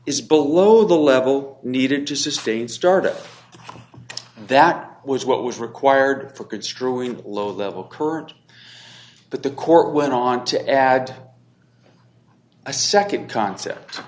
is below the level needed to sustain stardom that was what was required for construing low level current but the court went on to add i nd concept